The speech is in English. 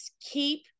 keep